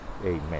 Amen